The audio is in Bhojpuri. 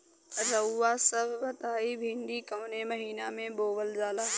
रउआ सभ बताई भिंडी कवने महीना में बोवल जाला?